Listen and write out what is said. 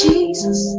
Jesus